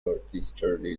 northeasterly